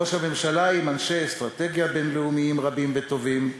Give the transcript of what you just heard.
ראש הממשלה עם אנשי אסטרטגיה בין-לאומיים רבים וטובים,